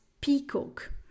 peacock